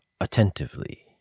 attentively